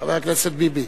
חבר הכנסת ביבי.